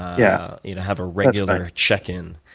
yeah you know have a regular check-in.